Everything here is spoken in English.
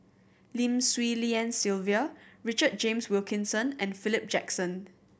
Lim Swee Lian Sylvia Richard James Wilkinson and Philip Jackson